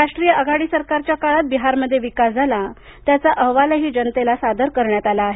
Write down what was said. राष्ट्रीय आघाडी सरकारच्या काळात बिहारमध्ये विकास झाला त्याचा अहवालही जनतेला सादर करण्यात आला आहे